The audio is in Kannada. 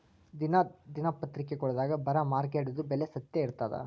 ದಿನಾ ದಿನಪತ್ರಿಕಾದೊಳಾಗ ಬರಾ ಮಾರುಕಟ್ಟೆದು ಬೆಲೆ ಸತ್ಯ ಇರ್ತಾದಾ?